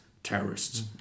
terrorists